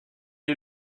est